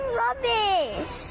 rubbish